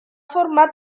formar